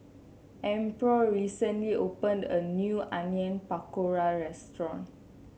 Amparo recently opened a new Onion Pakora restaurant